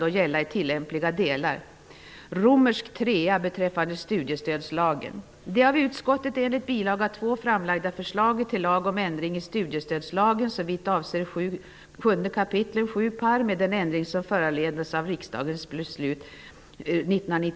Vi säger nej till nya regler om normalarbetstid. Vi säger nej till hårdare arbetsvillkor. Vi säger nej till utökad byråkrati. Vi säger nej till de nya komplicerade reglerna.